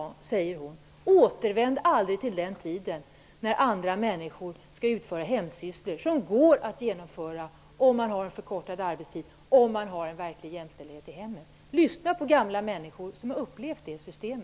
Hon svarar: Nej, återvänd aldrig till den tiden då andra människor utförde hemsysslor. De går att genomföra om man har en förkortad arbetstid och om man har en verklig jämställdhet i hemmet. Lyssna på gamla människor som har upplevt detta system.